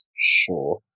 Sure